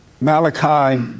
Malachi